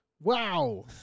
Wow